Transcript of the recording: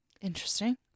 Interesting